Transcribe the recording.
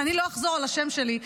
שאני לא אחזור על השם שלו,